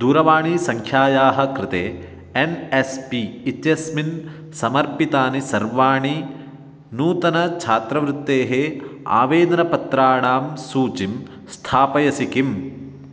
दूरवाणीसङ्ख्यायाः कृते N S P इत्यस्मिन् समर्पितानि सर्वाणि नूतनछात्रवृत्तेः आवेदनपत्राणां सूचिं स्थापयसि किम्